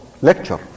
lecture